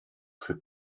viel